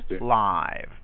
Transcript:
Live